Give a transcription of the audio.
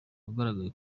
wagaragaye